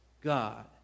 God